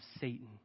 Satan